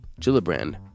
Gillibrand